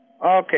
Okay